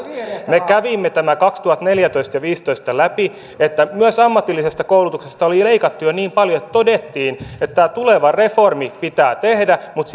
me kävimme kaksituhattaneljätoista ja viisitoista läpi tämän että myös ammatillisesta koulutuksesta oli leikattu niin paljon että todettiin että tämä tuleva reformi pitää tehdä mutta